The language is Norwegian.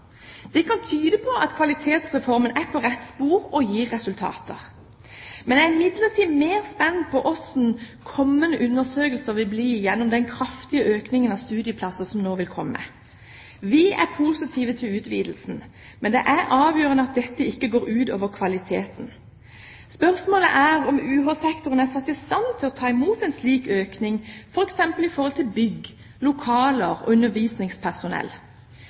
Det kan tyde på at Kvalitetsreformen er på rett spor og gir resultater. Jeg er imidlertid mer spent på hvordan kommende undersøkelser vil bli gjennom den kraftige økningen av studieplasser som nå vil komme. Vi er positive til utvidelsen, men det er avgjørende at dette ikke går ut over kvaliteten. Spørsmålet er om UH-sektoren er i stand til å ta imot en slik økning, f.eks. knyttet til bygg, lokaler og undervisningspersonell.